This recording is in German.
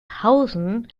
hausen